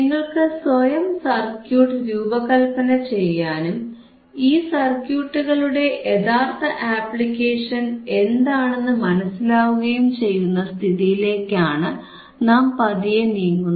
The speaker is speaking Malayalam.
നിങ്ങൾക്കു സ്വയം സർക്യൂട്ട് രൂപകല്പന ചെയ്യാനും ഈ സർക്യൂട്ടുകളുടെ യഥാർത്ഥ ആപ്ലിക്കേഷൻ എന്താണെന്ന് മനസിലാവുകയും ചെയ്യുന്ന സ്ഥിതിയിലേക്കാണ് നാം പതിയെ നീങ്ങുന്നത്